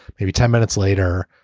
maybe ten minutes later,